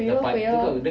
鬼咯鬼咯